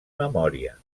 memòria